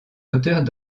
auteurs